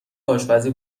آشپزی